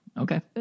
Okay